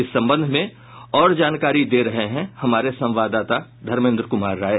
इस संबंध में और जानकारी दे रहे हैं हमारे संवाददाता धर्मेन्द्र कुमार राय